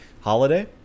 holiday